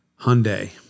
Hyundai